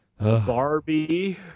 barbie